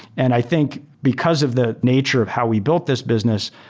and i think because of the nature of how we built this business,